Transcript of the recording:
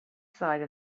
side